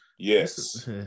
Yes